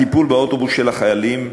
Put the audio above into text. הטיפול באוטובוס של החיילים,